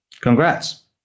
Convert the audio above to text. congrats